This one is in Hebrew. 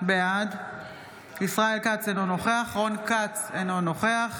בעד ישראל כץ, אינו נוכח רון כץ, אינו נוכח